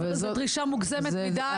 זאת דרישה מוגזמת מידי.